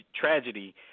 tragedy